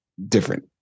Different